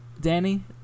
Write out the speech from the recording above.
Danny